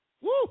Woo